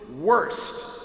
worst